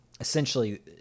essentially